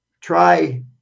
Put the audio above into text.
Try